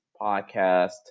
podcast